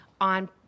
on